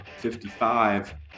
55